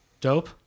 Dope